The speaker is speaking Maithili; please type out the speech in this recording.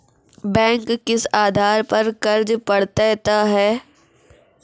बैंक किस आधार पर कर्ज पड़तैत हैं?